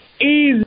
Easy